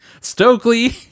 Stokely